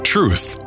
Truth